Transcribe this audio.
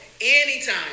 anytime